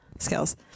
skills